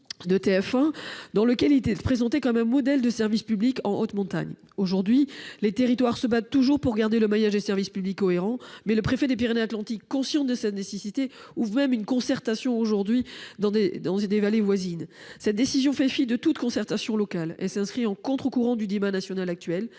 de poste des Aldudes y était présenté comme un modèle de service public en haute montagne. Aujourd'hui, les territoires se battent toujours pour garder un maillage de services publics cohérent. Même le préfet des Pyrénées-Atlantiques, qui est conscient de cette nécessité, ouvre une concertation dans les vallées voisines. Une telle décision fait fi de toute concertation locale et s'inscrit à contre-courant du débat national actuel.